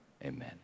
Amen